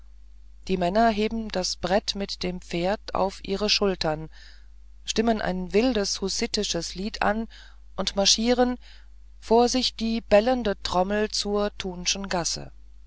die männer heben das brett mit dem pferd auf ihre schultern stimmen ein wildes hussitisches lied an und marschieren vor sich die bellenden trommeln zur thunschen gasse